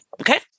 okay